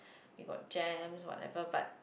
you got jams whatever but